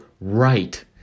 right